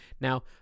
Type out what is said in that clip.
now